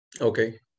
Okay